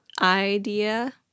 Idea